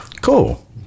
Cool